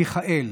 מיכאל.